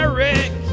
Eric